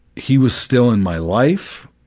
he was still in my life,